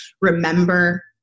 remember